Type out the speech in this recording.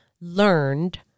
learned